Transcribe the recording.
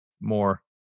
more